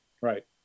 right